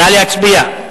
נתקבלה.